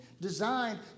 designed